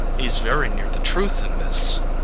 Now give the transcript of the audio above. he's very near the truth in this.